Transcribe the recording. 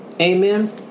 Amen